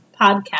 podcast